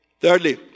thirdly